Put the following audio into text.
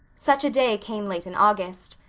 such a day came late in august.